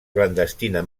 clandestina